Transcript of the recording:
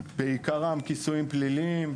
בעיקר כיסויים פליליים,